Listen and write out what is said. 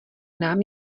nám